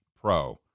pro